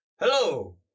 Hello